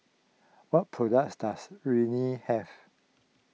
what products does Rene have